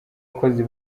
abakozi